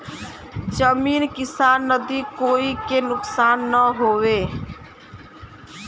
जमीन किसान नदी कोई के नुकसान न होये